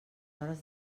hores